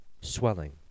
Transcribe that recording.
swelling